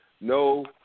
no